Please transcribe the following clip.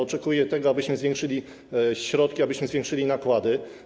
Oczekuje tego, abyśmy zwiększyli środki, abyśmy zwiększyli nakłady.